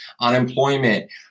unemployment